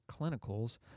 clinicals